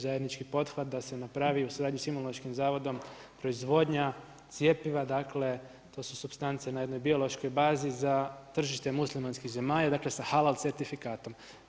Zajednički pothvat da se napravi u suradnji sa Imunološkim zavodom proizvodnja cjepiva dakle, to supstance na jednoj biološkoj bazi za tržište muslimanskih zemalja, dakle, sa halal certifikatom.